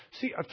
See